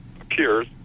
appears